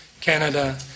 Canada